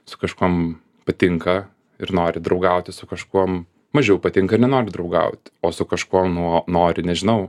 su kažkuom patinka ir nori draugauti su kažkuom mažiau patinka ir nenori draugaut o su kažkuom nori nežinau